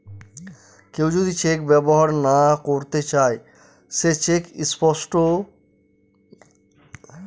কেউ যদি চেক ব্যবহার না করতে চাই সে চেক স্টপ করতে পারবে